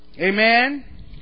Amen